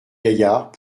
gaillard